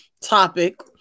topic